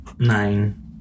Nine